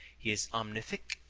he is omnific,